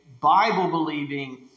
Bible-believing